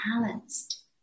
balanced